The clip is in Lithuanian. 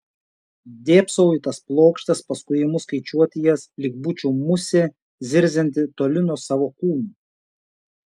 dėbsau į tas plokštes paskui imu skaičiuoti jas lyg būčiau musė zirzianti toli nuo savo kūno